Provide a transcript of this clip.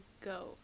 go